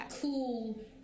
cool